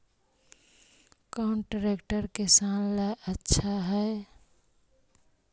कौन ट्रैक्टर किसान ला आछा है?